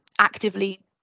actively